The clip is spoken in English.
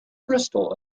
crystal